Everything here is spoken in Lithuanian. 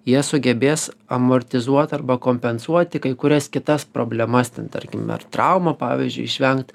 jie sugebės amortizuot arba kompensuoti kai kurias kitas problemas ten tarkim ar traumų pavyzdžiui išvengt